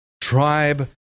tribe